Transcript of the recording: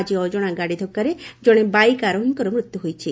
ଆାଜି ଅଜଣା ଗାଡ଼ି ଧକ୍କା ଜଣେ ବାଇକ୍ ଆରୋହୀଙ୍କ ମୃତ୍ୟୁ ହୋଇଛି